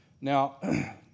Now